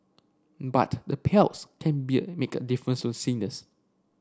but the payouts can be make a difference to